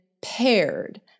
paired